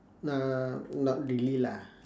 uh not really lah